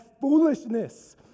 foolishness